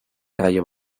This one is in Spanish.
rayo